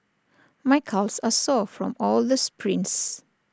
my calves are sore from all the sprints